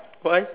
what